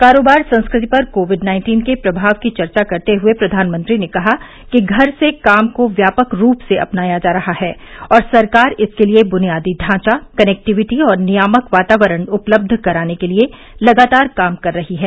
कारोबार संस्कृति पर कोविड नाइन्टीन के प्रभाव की चर्चा करते हुए प्रधानमंत्री ने कहा कि घर से काम को व्यापक रूप से अपनाया जा रहा है और सरकार इसके लिए बुनियादी ढांचा कनेक्टिविटी और नियामक वातावरण उपलब्ध कराने के लिए लगातार काम कर रही है